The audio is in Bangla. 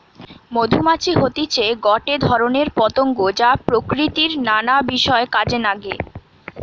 মধুমাছি হতিছে গটে ধরণের পতঙ্গ যা প্রকৃতির নানা বিষয় কাজে নাগে